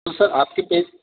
تو سر آپ کی پیج